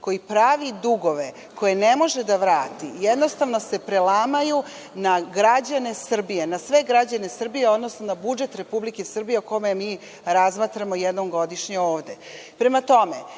koji pravi dugove koje ne može da vrati, jednostavno se prelamaju na građane Srbije, odnosno na budžet Republike Srbije o kome mi razmatramo jednom godišnje